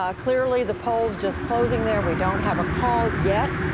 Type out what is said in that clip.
um clearly, the polls just closing there. we don't have a call yet,